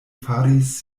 faris